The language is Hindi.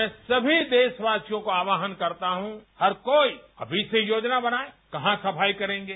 मैं सभी देशवासियों का आस्वान करता हूं हर कोई अभी से योजना बनाए कहां सफाई करेंगे